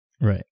Right